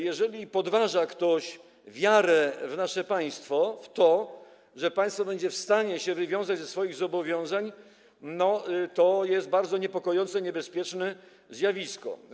Jeżeli ktoś podważa wiarę w nasze państwo, w to, że państwo będzie w stanie wywiązać się ze swoich zobowiązań, to jest to bardzo niepokojące, niebezpieczne zjawisko.